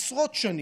עשרות שנים,